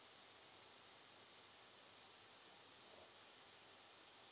an